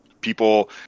people